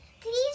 please